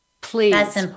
please